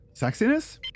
Sexiness